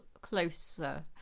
closer